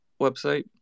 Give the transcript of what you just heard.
website